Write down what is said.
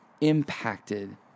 impacted